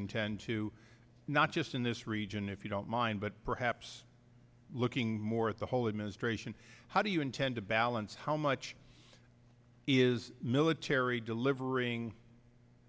intend to not just in this region if you don't mind but perhaps looking more at the whole administration how do you intend to balance how much is military delivering